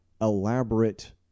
elaborate